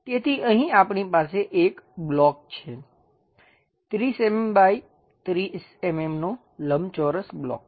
તેથી અહીં આપણી પાસે એક બ્લોક છે 30 mm બાય 30 mm નો લંબચોરસ બ્લોક